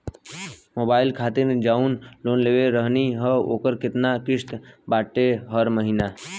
Mobile खातिर जाऊन loan लेले रहनी ह ओकर केतना किश्त बाटे हर महिना?